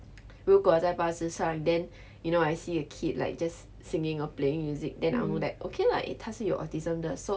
如果在巴士上 then you know I see a kid like just singing or playing music then I know that okay lah eh 他是有 autism 的 so